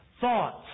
Thoughts